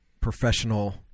Professional